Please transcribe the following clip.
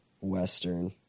western